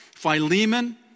Philemon